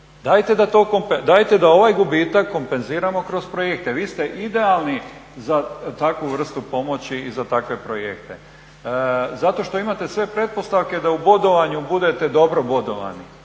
Dajte da ovaj gubitak kompenziramo kroz projekte. Vi ste idealni za takvu vrstu pomoći za takve projekte zato što imate sve pretpostavke da u bodovanju budete dobro bodovani